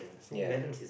ya